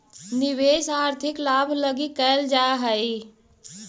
निवेश आर्थिक लाभ लगी कैल जा हई